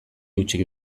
hutsik